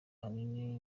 ahanini